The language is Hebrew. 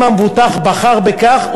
אם המבוטח בחר בכך,